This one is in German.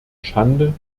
schande